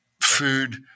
food